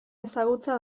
ezagutza